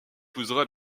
épousera